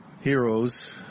heroes